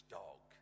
dog